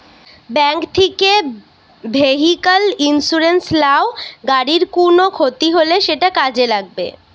bank থিকে vehicle insurance লাও, গাড়ির কুনো ক্ষতি হলে সেটা কাজে লাগবে